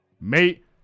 Mate